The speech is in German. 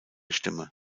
stimme